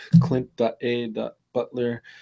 clint.a.butler